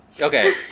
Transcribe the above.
Okay